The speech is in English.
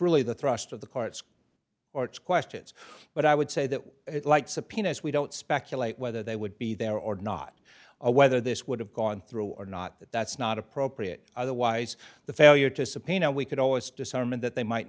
really the thrust of the court's or it's questions but i would say that it's like subpoenas we don't speculate whether they would be there or not or whether this would have gone through or not that that's not appropriate otherwise the failure to subpoena we could always disarm and that they might